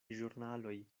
ĵurnaloj